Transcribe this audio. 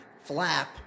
flap